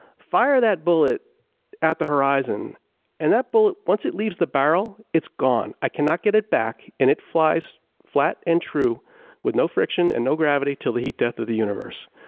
fire that bullet at the horizon and that bullet, once it leaves the barrel, it's gone. i cannot get it back and it flies flat and true with no friction and no gravity till the heat death of the universe.